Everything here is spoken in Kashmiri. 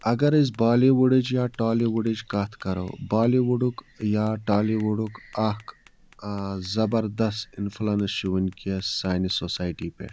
اگر أسۍ بالی وُڈٕچ یا ٹالی وُڈٕچ کَتھ کَرو بالی وُڈُک یا ٹالی وُڈُک اَکھ زَبردست اِنفُلَنٕس چھُ وُنکٮ۪س سانہِ سوسایٹی پٮ۪ٹھ